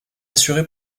assurée